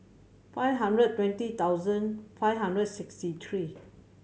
five hundred twenty thousand five hundred sixty three